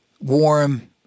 warm